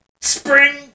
Spring